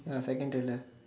ya second trailer